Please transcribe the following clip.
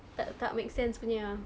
tak tak make sense punya ah